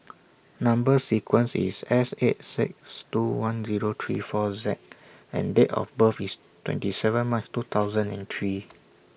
Number sequence IS S eight six two one Zero three four Z and Date of birth IS twenty seven March two thousand and three